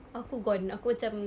aku gone aku macam